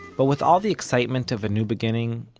but with all the excitement of a new beginning,